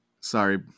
Sorry